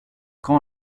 quand